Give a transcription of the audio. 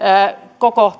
koko